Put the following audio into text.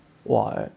!wah!